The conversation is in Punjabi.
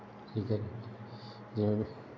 ਠੀਕ ਹੈ ਜਿਵੇਂ